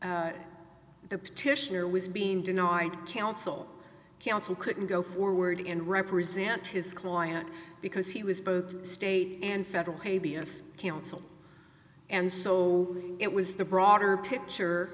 the petitioner was being denied counsel counsel couldn't go forward and represent his client because he was both state and federal pay b s counsel and so it was the broader picture